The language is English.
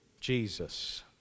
Jesus